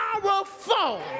powerful